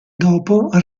dopo